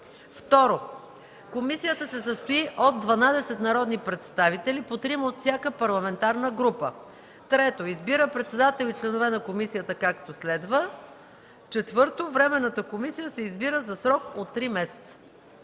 2. Комисията се състои от 12 народни представители, по трима от всяка парламентарна група. 3. Избира председател и членове на комисията, както следва: 4. Временната комисия се избира за срок от три месеца.”